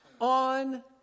on